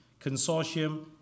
Consortium